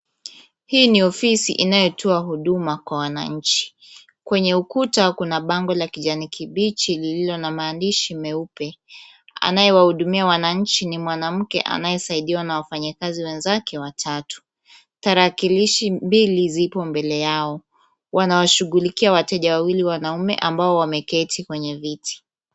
Hii ni ofisi inayotoa huduma kwa wananchi. Kwenye ukuta kuna bango la kijani kibichi lililo na maandishi meupe. Anayewahudumia wananchi ni mwanamke anayesaidiwa na wafanyikazi wenzake watatu. Tarakilishi mbili zipo mbele yao, wanawashughulikia wateja wawili wanaume ambao wameketi kwenye viti.